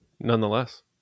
Nonetheless